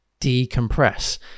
decompress